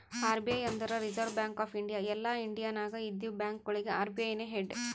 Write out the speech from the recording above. RBI ಅಂದುರ್ Reserve Bank of India ಎಲ್ಲಾ India ನಾಗ್ ಇದ್ದಿವ ಬ್ಯಾಂಕ್ಗೊಳಿಗ ಅರ್.ಬಿ.ಐ ನೇ ಹೆಡ್